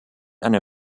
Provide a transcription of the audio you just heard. eine